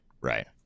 right